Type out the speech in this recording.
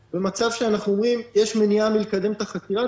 שבו אומרים שיש מניעה לקדם אתה חקירה.